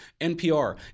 NPR